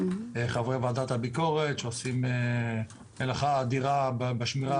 חברי וועדת הביקורת שעושים מלאכה אדירה בשמירה